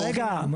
רגע.